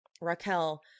Raquel